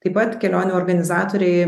taip pat kelionių organizatoriai